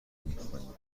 میخوانیم